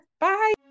Bye